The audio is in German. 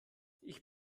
ich